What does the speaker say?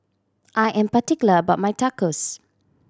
I am particular about my Tacos